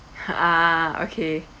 ah okay